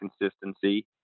consistency